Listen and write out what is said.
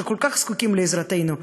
שכל כך זקוקים לעזרתנו,